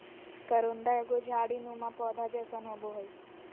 करोंदा एगो झाड़ी नुमा पौधा जैसन होबो हइ